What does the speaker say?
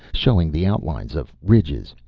showing the outlines of ridges,